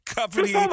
company